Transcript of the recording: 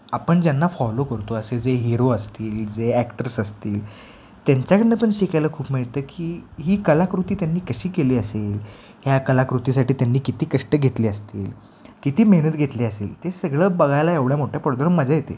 आपण ज्यांना फॉलो करतो असे जे हिरो असतील जे ॲक्टर्स असतील त्यांच्याकडनं पण शिकायला खूप मिळतं की ही कलाकृती त्यांनी कशी केली असेल ह्या कलाकृतीसाठी त्यांनी किती कष्ट घेतले असतील किती मेहनत घेतली असेल ते सगळं बघायला एवढ्या मोठ्या पडद्यावर मजा येते